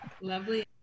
Lovely